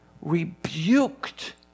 rebuked